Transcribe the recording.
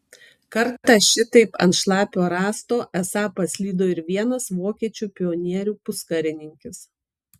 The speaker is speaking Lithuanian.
kartą šitaip ant šlapio rąsto esą paslydo ir vienas vokiečių pionierių puskarininkis